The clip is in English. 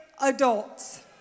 adults